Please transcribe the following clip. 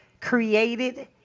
created